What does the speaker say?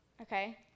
okay